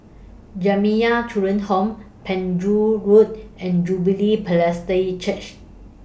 Jamiyah Children's Home Penjuru Road and Jubilee Presbyterian Church